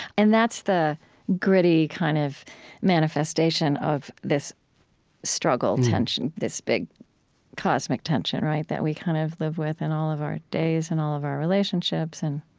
and that's the gritty kind of manifestation of this struggle, tension, this big cosmic tension, right? that we kind of live with in all of our days and all of our relationships and,